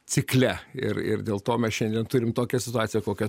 cikle ir ir dėl to mes šiandien turim tokią situaciją kokią